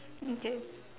okay